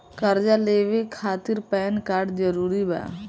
कर्जा लेवे खातिर पैन कार्ड जरूरी बा?